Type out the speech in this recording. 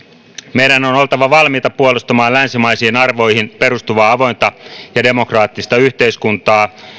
meidän on oltava valmiita puolustamaan länsimaisiin arvoihin perustuvaa avointa ja demokraattista yhteiskuntaa